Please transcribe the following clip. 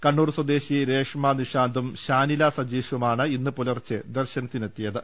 കണ്ണൂർ സ്വദേശി രേഷ്മ നിഷാന്തും ഷാ നില സജീഷുമാണ് ഇന്ന് പുലർച്ചെ ദർശനത്തിനെത്തിയത്